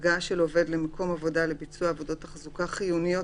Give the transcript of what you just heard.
הגעה של עובד למקום עבודה לביצוע עבודות תחזוקה חיוניות